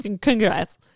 Congrats